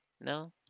no